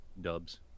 dubs